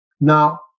Now